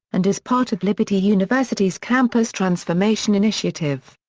and is part of liberty university's campus transformation initiative.